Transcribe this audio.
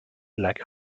like